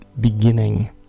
beginning